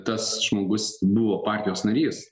tas žmogus buvo partijos narys